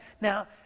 Now